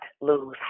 lose